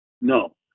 No